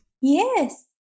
Yes